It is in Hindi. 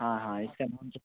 हाँ हाँ इसका